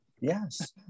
yes